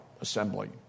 assembly